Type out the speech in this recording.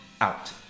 Out